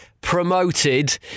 promoted